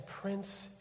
Prince